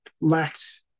lacked